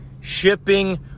shipping